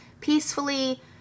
peacefully